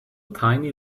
tiny